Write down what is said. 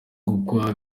gukwa